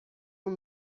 اون